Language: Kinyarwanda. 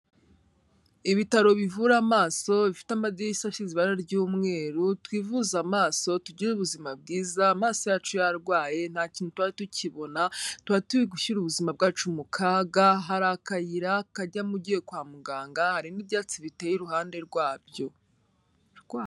Ibitaro bivura amaso bifite amadirishya asize ibara ry'umweru, twivuza amaso tugire ubuzima bwiza, amaso yacu yarwaye nta kintu tuba tukibona, tuba turi gushyira ubuzima bwacu mu kaga, hari akayira kajyamo ugiye kwa muganga, hari n'ibyatsi biteye iruhande rwabyo.